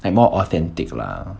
like more authentic lah